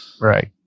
Right